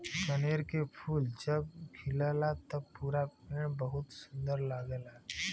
कनेर के फूल जब खिलला त पूरा पेड़ बहुते सुंदर लगला